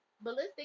ballistic